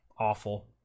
Awful